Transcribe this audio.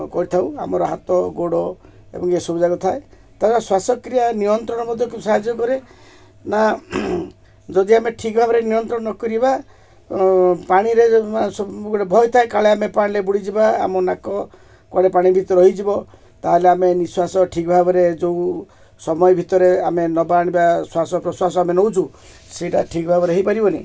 କରିଥାଉ ଆମର ହାତ ଗୋଡ଼ ଏବଂ ଏସବୁ ଯାକ ଥାଏ ତା ଶ୍ଵାସକ୍ରିୟ ନିୟନ୍ତ୍ରଣ ମଧ୍ୟ କୁ ସାହାଯ୍ୟ କରେ ନା ଯଦି ଆମେ ଠିକ୍ ଭାବରେ ନିୟନ୍ତ୍ରଣ ନ କରିବା ପାଣିରେ ସବୁ ଗୋଟେ ଭୟ ଥାଏ କାଳେ ଆମେ ପାଣିରେ ବୁଡ଼ିଯିବା ଆମ ନାକ କୁଆଡ଼େ ପାଣି ଭିତରେ ରହିଯିବ ତା'ହେଲେ ଆମେ ନିଶ୍ଵାସ ଠିକ୍ ଭାବରେ ଯେଉଁ ସମୟ ଭିତରେ ଆମେ ନବା ଆଣିବା ଶ୍ଵାସ ପ୍ରଶ୍ଵାସ ଆମେ ନଉଛୁ ସେଇଟା ଠିକ୍ ଭାବରେ ହେଇପାରିବନି